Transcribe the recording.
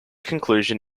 conclusion